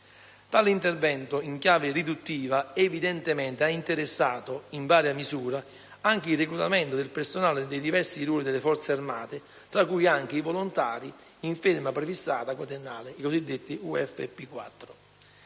Tale intervento in chiave riduttiva evidentemente ha interessato, in varia misura, anche il reclutamento del personale dei diversi ruoli delle Forze armate, tra cui anche i volontari in ferma prefissata quadriennale, i cosiddetti VFP 4.